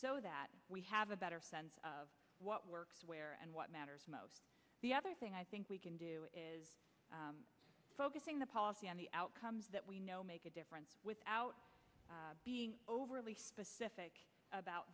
so that we have a better sense of what works where and what matters most the other thing i think we can do is focusing the policy on the outcomes that we know make a difference without overly specific about